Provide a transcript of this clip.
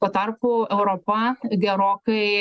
tuo tarpu europa gerokai